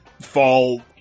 fall